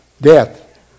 Death